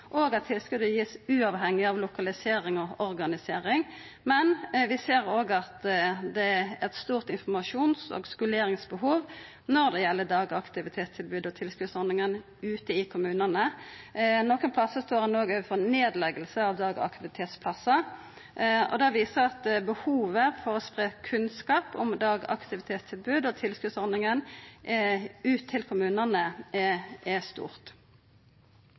og at tilskotet vert gitt uavhengig av lokalisering og organisering, men vi ser òg at det er eit stort informasjons- og skoleringsbehov når det gjeld dagaktivitetstilbod og tilskotsordninga ute i kommunane. Nokre plassar står ein òg overfor nedlegging av dagaktivitetsplassar, og det viser at behovet for å spreia kunnskap om dagaktivitetstilbod og tilskotsordninga ut til kommunane er stort.